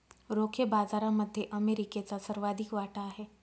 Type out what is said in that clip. रोखे बाजारामध्ये अमेरिकेचा सर्वाधिक वाटा आहे